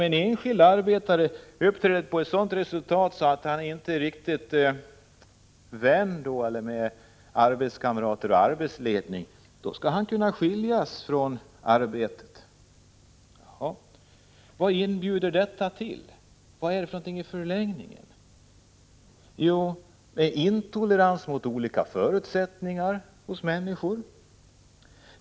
Om en enskild arbetare uppträder så att han inte riktigt är vän med arbetskamrater eller arbetsledning skall han kunna skiljas från arbetet. Vad inbjuder detta till i förlängningen? Jo, intolerans mot olika förutsättningar hos människor.